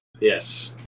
Yes